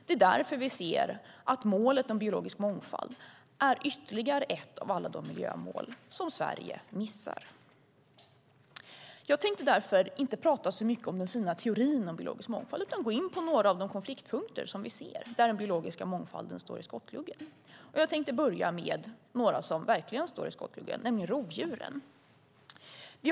Det är därför vi ser att målet om biologisk mångfald är ytterligare ett av alla de miljömål som Sverige missar. Jag tänker därför inte tala så mycket om den fina teorin om biologisk mångfald utan gå in på några av de konfliktpunkter där den biologiska mångfalden står i skottgluggen. Jag börjar med några som verkligen står i skottgluggen, nämligen rovdjuren.